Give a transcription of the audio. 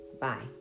Bye